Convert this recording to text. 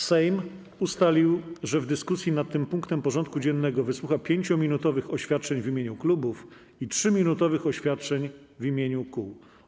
Sejm ustalił, że w dyskusji nad tym punktem porządku dziennego wysłucha 5-minutowych oświadczeń w imieniu klubów i 3-minutowych oświadczeń w imieniu kół.